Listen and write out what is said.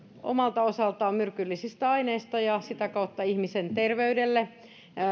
omalta osaltaan myrkyllisistä aineista ja sitä kautta ihmisen terveydelle